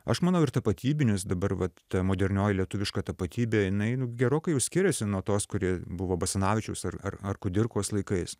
aš manau ir tapatybinius dabar vat ta modernioji lietuviška tapatybė jinai nu gerokai jau skiriasi nuo tos kuri buvo basanavičiaus ar ar ar kudirkos laikais